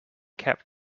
kept